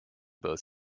both